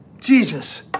Jesus